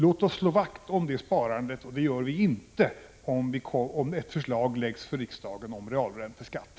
Låt oss slå undvika vissa effekter av skattelagstiftningen vakt om det sparandet — det gör vi inte om ett förslag framläggs för riksdagen om realränteskatt.